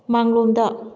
ꯃꯥꯡꯂꯣꯝꯗ